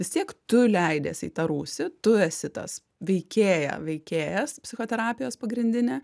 vis tiek tu leidiesi į rūsį tu esi tas veikėja veikėjas psichoterapijos pagrindinė